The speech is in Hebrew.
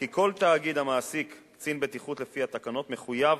כי כל תאגיד המעסיק קצין בטיחות לפי התקנות מחויב